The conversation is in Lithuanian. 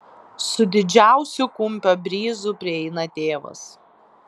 su didžiausiu kumpio bryzu prieina tėvas